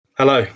Hello